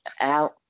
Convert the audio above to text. out